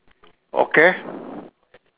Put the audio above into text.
okay